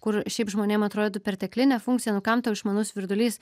kur šiaip žmonėm atrodytų perteklinė funkcija nu kam tau išmanus virdulys